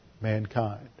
mankind